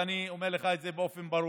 ואני אומר לך את זה באופן ברור: